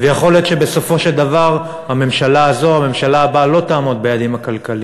יש לזה מחירים, אבל זה ממש לא כתוב בעשרת